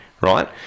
right